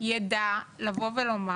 ידע לומר